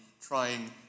trying